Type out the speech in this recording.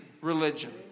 religion